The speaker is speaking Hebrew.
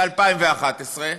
מ-2011,